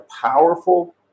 powerful